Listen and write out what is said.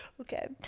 okay